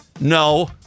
No